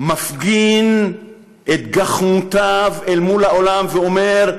מפגין את גחמותיו אל מול העולם ואומר: